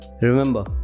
Remember